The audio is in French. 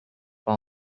pas